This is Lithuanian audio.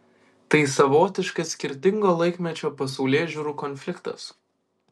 tai savotiškas skirtingo laikmečio pasaulėžiūrų konfliktas